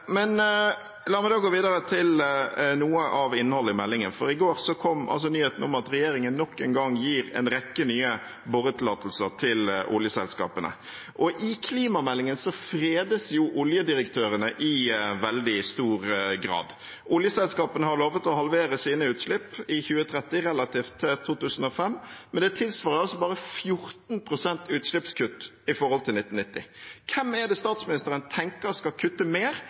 La meg da gå videre til noe av innholdet i meldingen. I går kom nyheten om at regjeringen nok en gang gir en rekke nye boretillatelser til oljeselskapene. I klimameldingen fredes jo oljedirektørene i veldig stor grad. Oljeselskapene har lovet å halvere sine utslipp innen 2030 relativt til 2005, men det tilsvarer bare 14 pst. utslippskutt i forhold til 1990. Hvem er det statsministeren tenker skal kutte mer